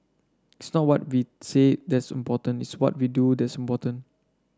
it's not what we say that's important it's what we do that's important